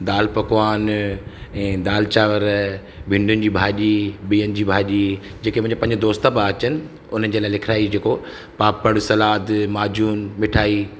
दाल पकवान ऐं दाल चांवर भींडियुनि जी भाॼी बिहनि जी भाॼी जेके मुंहिंजा पंज दोस्त पिया अचनि उन्हनि जे लाइ लिखराई जेको पापड़ सलाद माजून मिठाई